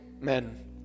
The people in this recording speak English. men